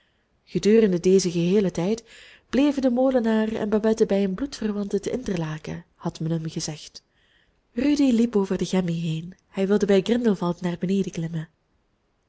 gedurende dezen geheelen tijd bleven de molenaar en babette bij hun bloedverwanten te interlaken had men hem gezegd rudy liep over den gemmi heen hij wilde bij grindelwald naar beneden klimmen